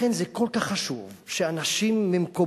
לכן זה כל כך חשוב שאנשים ממקומות